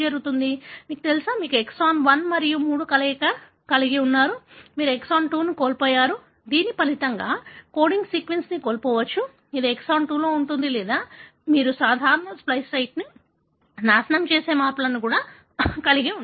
మీకు తెలుసా మీరు ఎక్సాన్ 1 మరియు 3 కలయిక కలిగి ఉన్నారు మీరు ఎక్సాన్ 2 ని కోల్పోయారు దీని ఫలితంగా కోడింగ్ సీక్వెన్స్ కోల్పోవచ్చు ఇది ఎక్సాన్ 2 లో ఉంటుంది లేదా మీరు సాధారణ స్ప్లైస్ సైట్ను నాశనం చేసే మార్పులను కలిగి ఉండవచ్చు